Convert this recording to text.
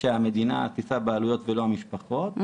שהמדינה תישא בעלויות ולא המשפחות,